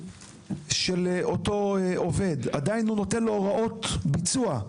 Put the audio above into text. פקטו של אותו עובד; הוא זה שנותן לו הוראות ביצוע,